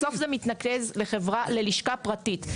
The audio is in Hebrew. בסוף זה מתנקז ללשכה פרטית.